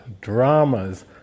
dramas